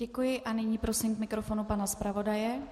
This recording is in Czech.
Děkuji a nyní prosím k mikrofonu pana zpravodaje.